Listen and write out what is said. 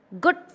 Good